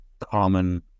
common